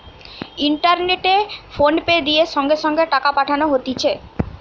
ইন্টারনেটে ফোনপে দিয়ে সঙ্গে সঙ্গে টাকা পাঠানো হতিছে